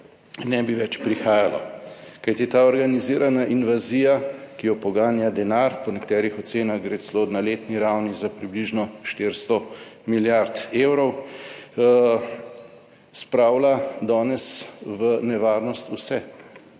ne bi več prihajalo. Kajti ta organizirana invazija, ki jo poganja denar, po nekaterih ocenah gre celo na letni ravni za približno 400 milijard evrov, spravlja danes v nevarnost vse,